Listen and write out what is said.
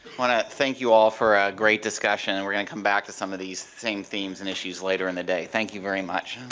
wanna thank you all for a great discussion and we're gonna come back at some of these same themes and issues later in the day thank you very much.